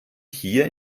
hier